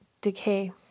decay